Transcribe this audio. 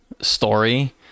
story